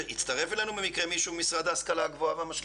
הצטרף אלינו מישהו מהמשרד להשכלה גבוהה ומשלימה?